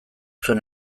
zuen